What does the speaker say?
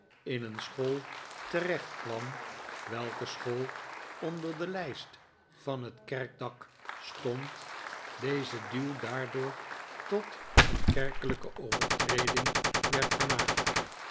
in een school terecht kwam welke school onder de lijst van het kerkdak stond deze duw daardoor tot een kerkelijke overtreding werd gemaakt